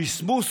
המסמוס